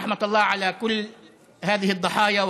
(אומר בערבית: רחמי האל על כל הקורבנות האלה,